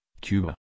Cuba